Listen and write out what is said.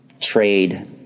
trade